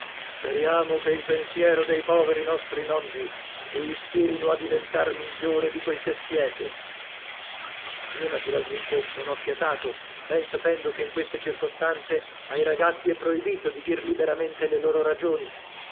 speriamo che il pensiero dei poveri nostri nonni vi ispirino a diventar migliore di quel che siete io naturalmente non ho fiatato ben sapendo che in queste circostanze ai ragazzi è proibito di dir liberamente le loro ragioni